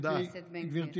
תודה רבה, חבר הכנסת בן גביר.